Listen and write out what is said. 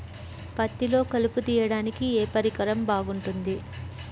పత్తిలో కలుపు తీయడానికి ఏ పరికరం బాగుంటుంది?